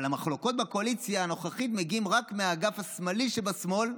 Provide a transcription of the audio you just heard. אבל המחלוקות בקואליציה הנוכחית מגיעות רק מהאגף השמאלי שבשמאל,